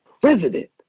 President